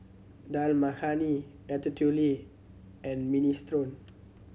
Dal Makhani Ratatouille and Minestrone